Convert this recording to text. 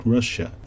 Russia